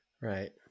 right